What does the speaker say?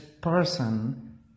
person